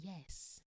yes